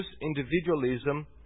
individualism